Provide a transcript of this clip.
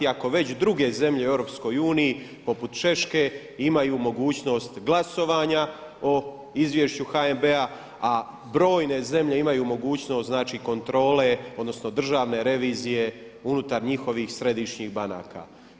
Ako već druge zemlje u EU poput Češke imaju mogućnost glasovanja o izvješću HNB-a, a brojne zemlje imaju mogućnost, znači kontrole, odnosno državne revizije unutar njihovih središnjih banaka.